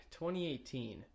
2018